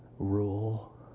Rule